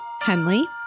Henley